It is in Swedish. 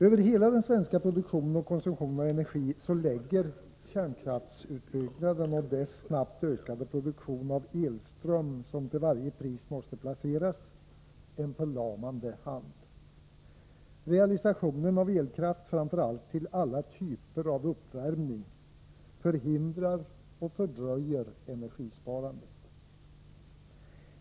Över hela den svenska produktionen och konsumtionen av energi lägger kärnkraftsutbyggnaden och dess snabbt ökande produktion av elström, som till varje pris måste placeras, en förlamande hand. Realisationen av elkraft, framför allt till alla typer av uppvärmning, förhindrar och fördröjer energisparandet.